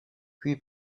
puis